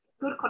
good